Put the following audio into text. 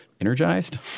energized